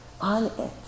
on